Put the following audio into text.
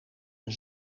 hun